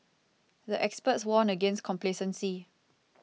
the experts warned against complacency